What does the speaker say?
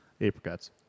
Apricots